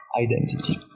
identity